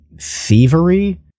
thievery